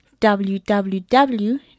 www